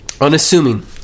Unassuming